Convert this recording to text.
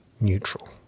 neutral